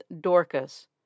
Dorcas